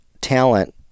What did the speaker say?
talent